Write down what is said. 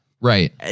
Right